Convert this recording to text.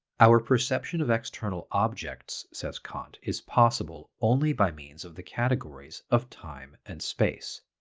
our perception of external objects, says kant, is possible only by means of the categories of time and space.